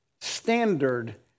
standard